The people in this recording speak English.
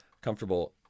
comfortable